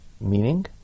meaning